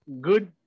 Good